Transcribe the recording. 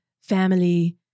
family